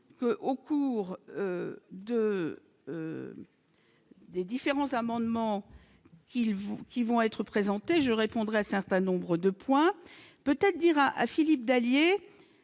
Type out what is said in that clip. au cours de. Des différents amendements qu'il vous qui vont être présentés, je répondrai certain nombre de points peut-être dira à Philippe Dallier,